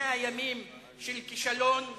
100 ימים של כישלון טוטלי,